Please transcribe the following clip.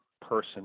person